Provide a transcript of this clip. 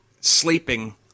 sleeping